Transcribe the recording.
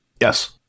Yes